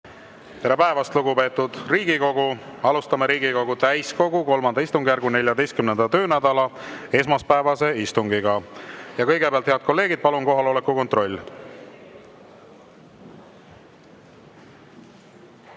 Tere päevast, lugupeetud Riigikogu! Alustame Riigikogu täiskogu III istungjärgu 14. töönädala esmaspäevast istungit. Kõigepealt, head kolleegid, palun kohaloleku kontroll!